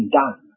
done